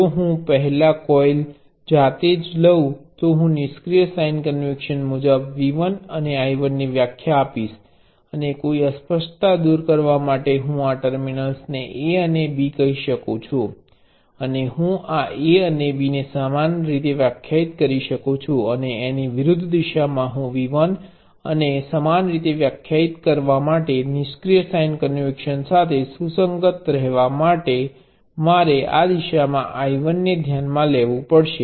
જો હું પહેલો કોઇલ જાતે જ લઉ તો હું નિષ્ક્રિય સાઇન કન્વેશન મુજબ V 1 અને I 1ની વ્યાખ્યા આપીશ અને કોઈ અસ્પષ્ટતા દૂર કરવા માટે હું આ ટર્મિનલ્સને A અને B કહી શકું અને હું આ A અને B ને સમાન રીતે વ્યાખ્યાયિત કરી શકું છું અને એની વિરુદ્ધ દિશામાં હુ V1 ને સમાન રીતે વ્યાખ્યાયિત કરી શકું છું અને નિષ્ક્રિય સાઇન કન્વેશન સાથે સુસંગત રહેવા માટે મારે આ દિશામાં I1 ને ધ્યાનમાં લેવું પડશે